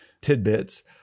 tidbits